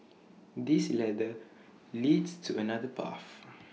this ladder leads to another path